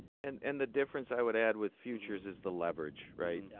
and and the difference, i would add, with futures is the leverage, right? yeah.